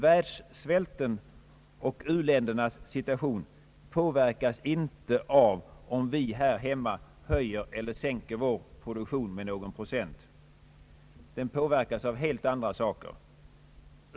Världssvälten och uländernas situation påverkas inte av att vi här hemma höjer eller sänker vår produktion med någon procent. De påverkas av helt andra saker.